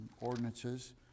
ordinances